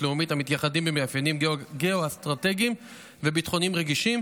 לאומית המתייחדים במאפיינים גיאו-אסטרטגיים וביטחוניים רגישים.